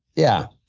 yeah.